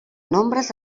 nombres